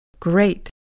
Great